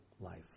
life